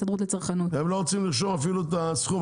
הם לא רוצים לרשום אפילו את הסכום,